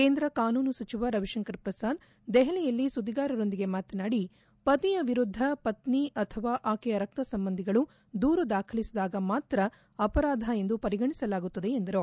ಕೇಂದ್ರ ಕಾನೂನು ಸಚಿವ ರವಿಶಂಕರ್ ಪ್ರಸಾದ್ ದೆಹಲಿಯಲ್ಲಿ ಸುದ್ದಿಗಾರರೊಂದಿಗೆ ಮಾತನಾಡಿ ಪತಿಯ ವಿರುದ್ದ ಪತ್ನಿ ಅಥವಾ ಆಕೆಯ ರಕ್ತ ಸಂಬಂಧಿಗಳು ದೂರು ದಾಖಲಿಸಿದಾಗ ಮಾತ್ರ ಅಪರಾಧ ಎಂದು ಪರಿಗಣಿಸಲಾಗುತ್ತದೆ ಎಂದರು